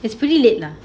it's pretty late lah